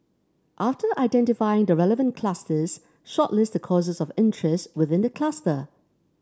after identifying the relevant clusters shortlist the courses of interest within the cluster